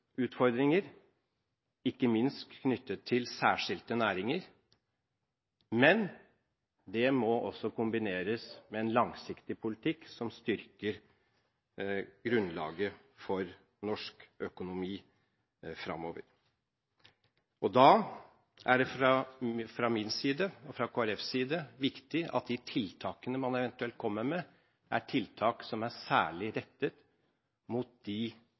utfordringer, ikke minst knyttet til særskilte næringer, men det må også kombineres med en langsiktig politikk som styrker grunnlaget for norsk økonomi fremover. Da er det fra min og Kristelig Folkepartis side viktig at de tiltakene man eventuelt kommer med, er tiltak som er særlig rettet mot de